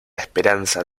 esperanza